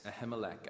Ahimelech